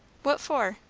what for?